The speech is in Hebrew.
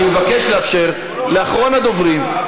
אני מבקש לאפשר לאחרון הדוברים,